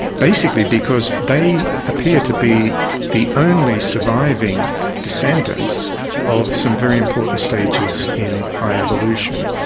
basically because they appear to be the only surviving descendents of some very important stages in eye evolution.